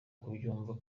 kubyumva